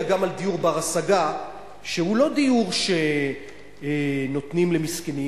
אלא גם על דיור בר-השגה שהוא לא דיור שנותנים למסכנים.